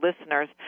listeners